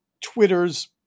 Twitter's